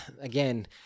again